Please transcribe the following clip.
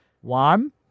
One